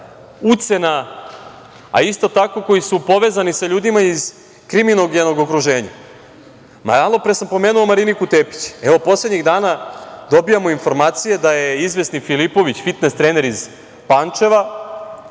ucena, a isto tako koji su povezani sa ljudima iz kriminogenog okruženja? Malopre sam pomenuo Mariniku Tepić. Evo, poslednjih dana dobijamo informacije da je izvesni Filipović, fitnes trener iz Pančeva,